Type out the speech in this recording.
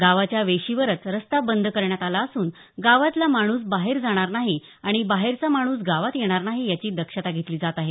गावाच्या वेशीवरच रस्ता बंद करण्यात आला असून गावातला माणूस बाहेर जाणार नाही आणि बाहेरचा माणूस गावात येणार नाही याची दक्षता घेतली जात आहे